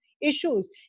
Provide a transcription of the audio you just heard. issues